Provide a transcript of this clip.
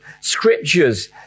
scriptures